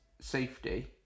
safety